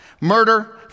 Murder